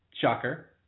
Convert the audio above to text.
shocker